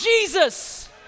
Jesus